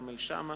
כרמל שאמה,